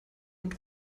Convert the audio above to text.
und